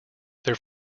their